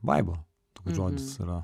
vaibo toks žodis yra